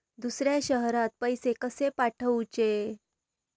दुसऱ्या शहरात पैसे कसे पाठवूचे?